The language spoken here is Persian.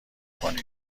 کنی